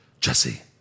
Jesse